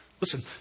Listen